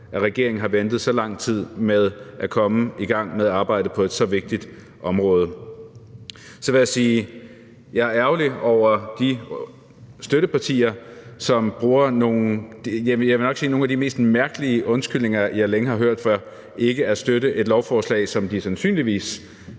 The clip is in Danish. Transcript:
at regeringen har ventet så lang tid med at komme i gang med arbejdet på et så vigtigt område. Så vil jeg sige, at jeg er ærgerlig over de støttepartier, som bruger, jeg vil nok sige nogle af de mest mærkelige undskyldninger, jeg længe har hørt, for ikke at støtte et lovforslag, som de sandsynligvis